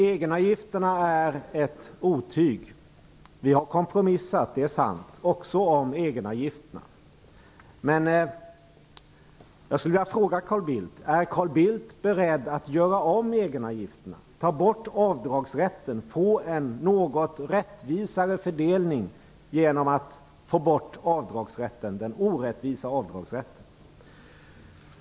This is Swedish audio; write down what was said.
Egenavgifterna är ett otyg. Vi har kompromissat - det är sant - också om egenavgifterna. Men jag skulle vilja fråga Carl Bildt: Är Carl Bildt beredd att göra om egenavgifterna och åstadkomma en något rättvisare fördelning genom att ta bort den orättvisa avdragsrätten?